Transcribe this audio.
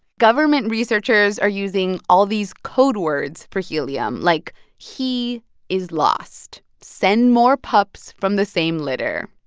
government researchers are using all these code words for helium, like he is lost. send more pups from the same litter.